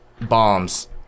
bombs